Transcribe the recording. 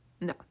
No